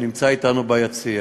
שנמצא אתנו ביציע,